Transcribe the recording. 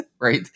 Right